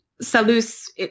Salus